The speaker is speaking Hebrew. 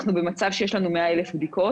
אנחנו במצב שיש לנו 100,000 בדיקות.